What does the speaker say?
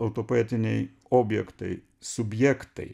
autopoetiniai objektai subjektai